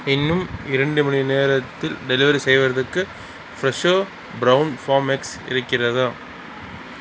இன்னும் இரண்டு மணி நேரத்தில் டெலிவெரி செய்வதற்கு ஃப்ரெஷோ பிரவுன் ஃபார்ம் எக்ஸ் இருக்கிறதா